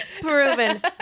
Proven